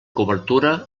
cobertura